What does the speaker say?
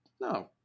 no